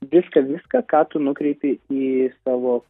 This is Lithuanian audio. viską viską ką tu nukreipi į savo